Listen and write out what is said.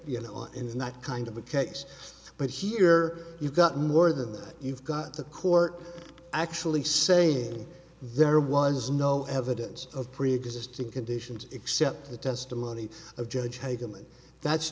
you know in that kind of a case but here you've got more than that you've got the court actually saying there was no evidence of preexisting conditions except the testimony of judge hate them and that's